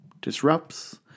disrupts